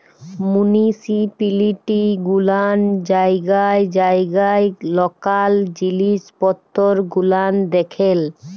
municipality গুলান জায়গায় জায়গায় লকাল জিলিস পত্তর গুলান দেখেল